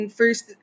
first